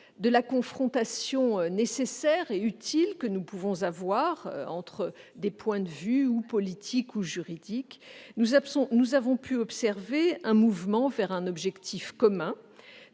de la confrontation nécessaire et utile que nous pouvons avoir entre des points de vue politiques ou juridiques, nous avons pu observer un mouvement vers un objectif commun